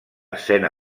escena